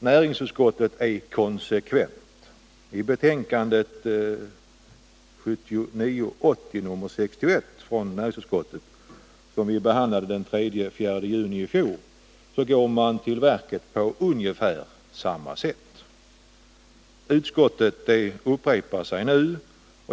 Näringsutskottet är konsekvent. I sitt betänkande 1979/80:61, som vi behandlade den 3 och 4 juni i fjol, gick man till verket ungefär på samma sätt. Utskottet upprepar sig nu.